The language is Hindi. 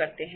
करते हैं